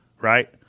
right